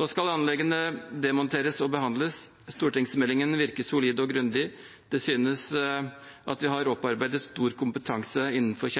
Nå skal anleggene demonteres og behandles. Stortingsmeldingen virker solid og grundig. Det synes at vi har opparbeidet stor kompetanse innenfor